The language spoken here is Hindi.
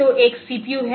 तो एक सीपीयू है